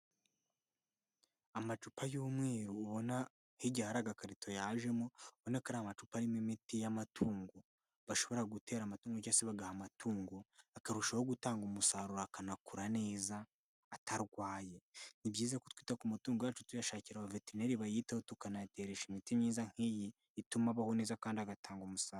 Amacupa y'umweru ubona nk'igihe hari agakarito yajemo, ubona ko ari amacupa arimo imiti y'amatungo, bashobora gutera amatungo cyangwa se bagaha amatungo, akarushaho gutanga umusaruro akanakura neza atarwaye. Ni byiza ko twita ku mutungo yacu, tuyashakira abaveterineri bayitaho, tukanayateresha imiti myiza nk'iyi, ituma abaho neza kandi agatanga umusaruro.